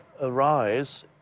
arise